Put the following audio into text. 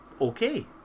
okay